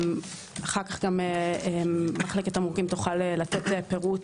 אחר כך מחלקת תמרוקים תוכל לתת פירוט